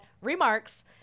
remarks